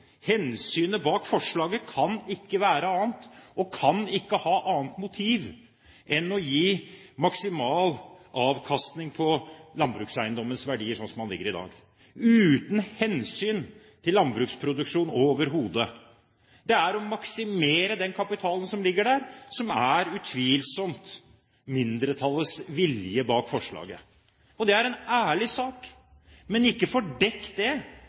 kan ikke være annet enn å gi maksimal avkastning på landbrukseiendommers verdier, slik som det ligger i dag, uten hensyn til landbruksproduksjon overhodet. Det er å maksimere den kapitalen som ligger der, som utvilsomt er mindretallets vilje bak forslaget. Det er en ærlig sak, men ikke dekk det bak at dere ønsker en troverdig inngang til norsk landbruksproduksjon. Det